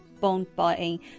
bond-buying